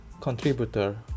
contributor